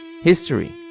History